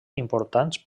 importants